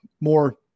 more